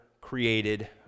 created